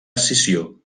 escissió